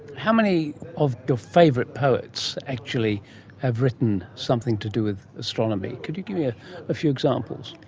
how many of your favourite poets actually have written something to do with astronomy? could you give me a few examples?